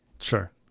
Sure